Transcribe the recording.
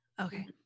okay